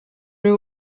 you